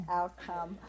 outcome